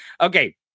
Okay